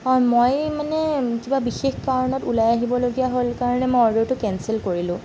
অঁ মই মানে কিবা বিশেষ কাৰণত ওলাই আহিবলগীয়া হ'ল কাৰণে মই অৰ্ডাৰটো কেঞ্চেল কৰিলোঁ